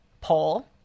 poll